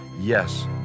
yes